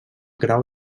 grau